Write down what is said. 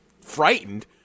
frightened